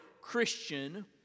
Christian